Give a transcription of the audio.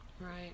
Right